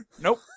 Nope